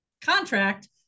contract